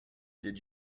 did